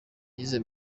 yize